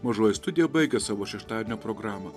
mažoji studija baigia savo šeštadienio programą